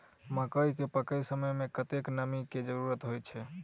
मकई केँ पकै समय मे कतेक नमी केँ जरूरत होइ छै?